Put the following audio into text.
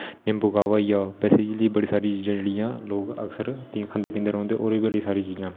निवूं कवा होई गेआ बेसे जेहड़ी बडी चीजां जेहड़ी लोक अक्सर खंदे पींदे रौंहदे और बी बड़ी सारी चीजां ना